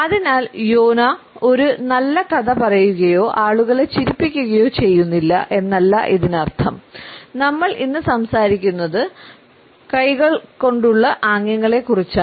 അതിനാൽ യോനാ ഒരു നല്ല കഥ പറയുകയോ ആളുകളെ ചിരിപ്പിക്കുകയോ ചെയ്യുന്നില്ല എന്നല്ല ഇതിനർത്ഥം നമ്മൾ ഇന്ന് സംസാരിക്കുന്നത് കൈകൊണ്ടുള്ള ആംഗ്യങ്ങളെക്കുറിച്ചാണ്